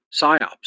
psyops